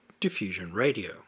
diffusionradio